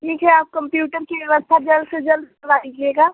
ठीक है आप कंप्यूटर की व्यवस्था जल्द से जल्द करवा दीजिएगा